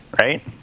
right